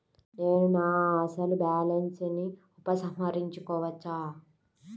నేను నా అసలు బాలన్స్ ని ఉపసంహరించుకోవచ్చా?